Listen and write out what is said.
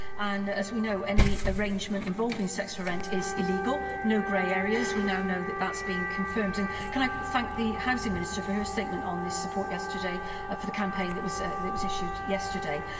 and as we know, any arrangement involving sex for rent is illegal no grey areas. we now know that that's been confirmed. and can i thank the housing minister for her statement on the support ah for the campaign that was that was issued yesterday?